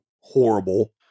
horrible